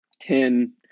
ten